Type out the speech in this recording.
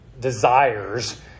desires